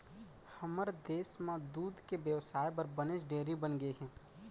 हमर देस म दूद के बेवसाय बर बनेच डेयरी बनगे हे